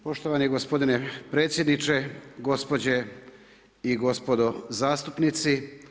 Poštovani gospodine predsjedniče, gospođe i gospodo zastupnici.